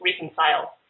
reconcile